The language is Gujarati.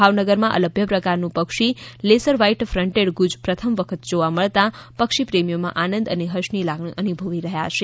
ભાવનગરમાં અલભ્ય પ્રકારનું પક્ષી લેસર વ્હાઇટ ફ્ટેડ ગુઝ પ્રથમ વખત જોવા મળતા પક્ષી પ્રેમીઓમાં આનંદ અને હર્ષની લાગણી અનુભવી રહ્યા છે